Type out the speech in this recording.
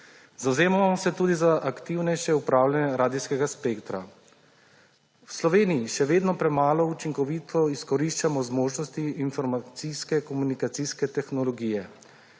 Zavzemamo se tudi za aktivnejše upravljanje radijskega spektra. V Sloveniji še vedno premalo učinkovito izkoriščamo zmožnosti informacijske-komunikacijske tehnologije.